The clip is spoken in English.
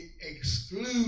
exclude